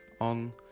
on